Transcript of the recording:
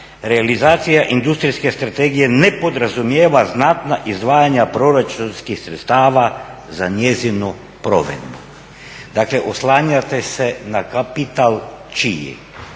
"Realizacija Industrijske strategije ne podrazumijeva znatna izdvajanja proračunskih sredstava za njezinu provedbu", dakle oslanjate se na kapital čiji,